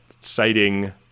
citing